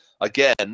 again